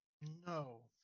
No